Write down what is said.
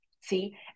see